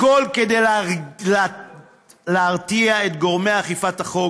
הכול כדי להרתיע את גורמי אכיפת החוק,